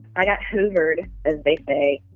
i got hoovered, as they say